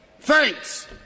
thanks